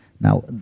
now